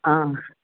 ꯑꯪ